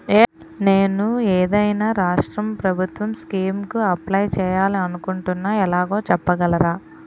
నేను ఏదైనా రాష్ట్రం ప్రభుత్వం స్కీం కు అప్లై చేయాలి అనుకుంటున్నా ఎలాగో చెప్పగలరా?